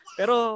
pero